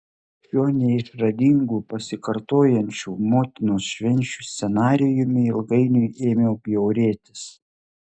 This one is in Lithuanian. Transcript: šiuo neišradingu pasikartojančių motinos švenčių scenarijumi ilgainiui ėmiau bjaurėtis